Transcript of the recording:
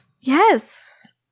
Yes